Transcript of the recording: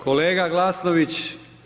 Kolega Glasnović.